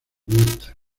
muerta